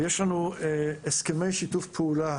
לנו הסכמי שיתוף פעולה